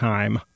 Time